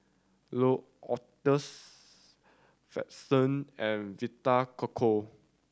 L'Occitane Frixion and Vita Coco